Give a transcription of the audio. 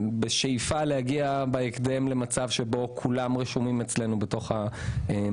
אנחנו בשאיפה להגיע בהקדם למצב שבו כולם רשומים אצלנו במערכת.